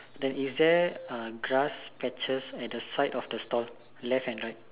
then is there uh grass patches at the side of the store left and right